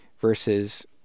versus